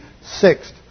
sixth